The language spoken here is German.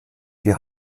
die